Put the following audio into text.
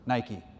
Nike